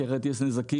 כי אחרת יש נזקים.